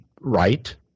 right